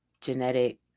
genetic